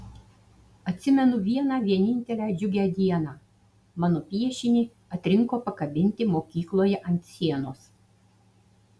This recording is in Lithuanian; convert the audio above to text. atsimenu vieną vienintelę džiugią dieną mano piešinį atrinko pakabinti mokykloje ant sienos